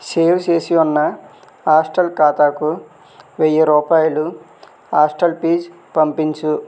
save చేసి ఉన్న hostel ఖాతాకు వెయ్యి రూపాయలు హాస్టల్ ఫీజు పంపించు